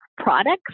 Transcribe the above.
products